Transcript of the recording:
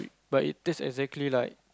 but it tastes exactly like